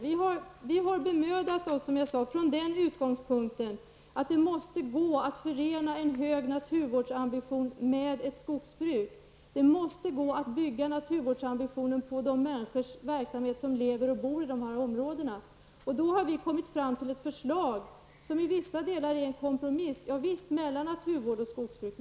Vi har bemödat oss från utgångspunkten att det måste vara möjligt att förena en hög naturvårdsambition med ett skogsbruk. Det måste gå att bygga naturvårdsambitionen på de människors verksamhet som lever och bor i de här områdena. Då har vi kommit fram till ett förslag som i vissa delar är en kompromiss mellan naturvård och skogsbruk.